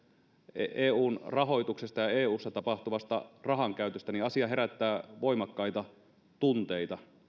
eun rahoituksesta ja eussa tapahtuvasta rahankäytöstä herättävät voimakkaita tunteita